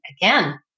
again